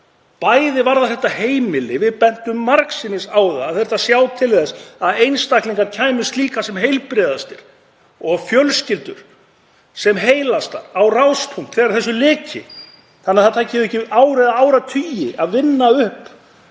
Bæði varðar þetta heimili, við bentum margsinnis á að það þyrfti að sjá til þess að einstaklingar kæmust líka sem heilbrigðastir og fjölskyldur sem heilastar á ráspunkt þegar þessu lyki þannig að það taki þau ekki ár eða áratugi að vinna upp